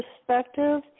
perspective